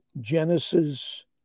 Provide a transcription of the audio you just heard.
Genesis